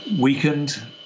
weakened